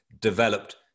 developed